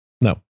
No